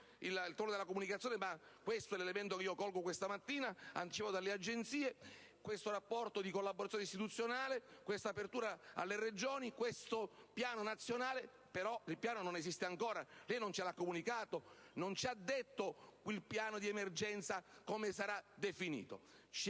il tono della comunicazione. Questo è l'elemento che io colgo questa mattina anche delle agenzie: è il rapporto di collaborazione istituzionale, questa apertura alle Regioni, questo piano nazionale. Però il piano non esiste ancora, lei non ce lo ha comunicato, non ci ha detto come sarà definito